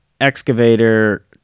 excavator